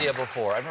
yeah before. i mean